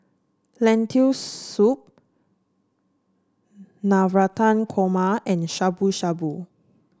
Lentil Soup Navratan Korma and Shabu Shabu